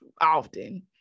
often